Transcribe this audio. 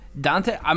Dante